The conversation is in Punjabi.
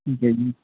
ਠੀਕ ਐ ਜੀ